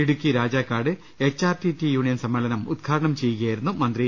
Idukki Rajakkad H R T T union സമ്മേളനം ഉദ്ഘാടനം ചെയ്യുകയായിരുന്നു അദ്ദേഹം